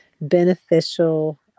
beneficial